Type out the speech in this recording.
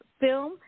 film